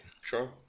Sure